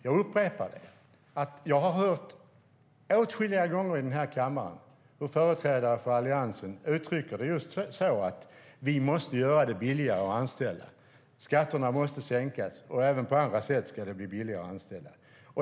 Jag upprepar att jag åtskilliga gånger i den här kammaren har hört hur företrädare för Alliansen uttrycker det just så: Vi måste göra det billigare att anställa, och skatterna måste sänkas. Och även på andra sätt ska det bli billigare att anställa.